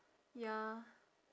ya